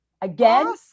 again